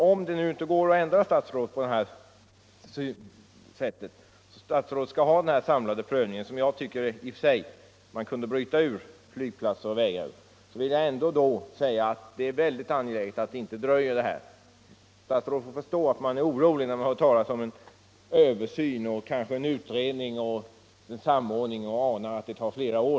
Om det inte går att ändra statsrådets inställning utan statsrådet vill ha den samlade översynen — ur vilken jag tycker att man skulle kunna bryta ut flygplatser och vägar — vill jag ändå säga att det är mycket angeläget att översynen inte dröjer. Statsrådet får förstå att man är orolig när man hör talas om översyn och samordning, kanske en utredning, och anar att det kan ta flera år.